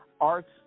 Arts